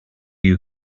you